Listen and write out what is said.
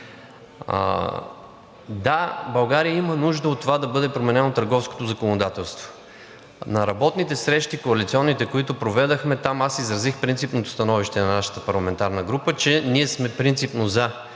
Да, България има нужда от това да бъде променено търговското законодателство. На работните срещи – коалиционните, които проведохме, аз изразих принципното становище на нашата парламентарна група, че ние сме принципно за